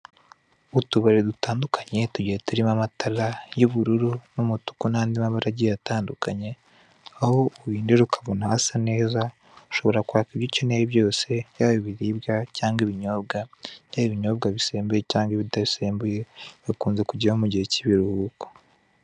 Utubari dutandukanye tugiye turimo amatara y'ubururu n'umutuku n'andi mabara agiye atandukanye Aho uhindura ukabona hasa neza, ushobora kwaka ibyo ukeneye byose, Yaba ibiribwa cyangwa ibinyobwa, Yaba ibinyobwa bisembuye cyangwa ibidasembuye bikunze kujyayo mu gihe cy'ibiruhuko.